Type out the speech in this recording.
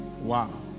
Wow